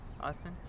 Austin